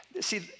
See